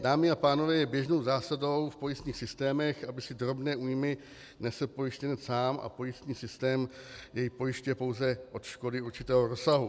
Dámy a pánové, je běžnou zásadou v pojistných systémech, aby si drobné újmy nesl pojištěnec sám, a pojistný systém jej pojišťuje od škody určitého rozsahu.